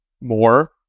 more